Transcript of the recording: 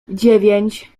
dziewięć